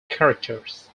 characters